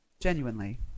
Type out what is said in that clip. Genuinely